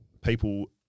people